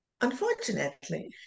Unfortunately